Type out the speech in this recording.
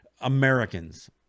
Americans